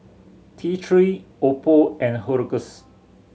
T Three Oppo and Hiruscar